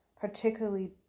particularly